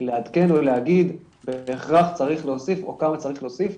לעדכן או להגיד אם בהכרח צריך להוסיף או כמה צריך להוסיף,